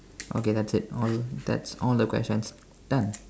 okay that's it all that's all the questions done